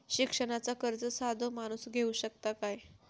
शिक्षणाचा कर्ज साधो माणूस घेऊ शकता काय?